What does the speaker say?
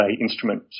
instrument